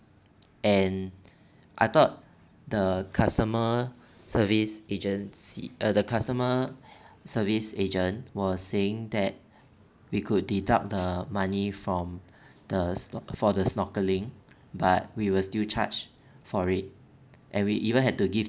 and I thought the customer service agency the customer service agent was saying that we could deduct the money from the snor~ for the snorkeling but we were still charge for it and we even had to give